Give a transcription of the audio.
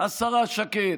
השרה שקד?